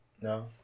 no